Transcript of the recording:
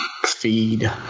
feed